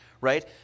right